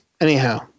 Anyhow